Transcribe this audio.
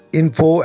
info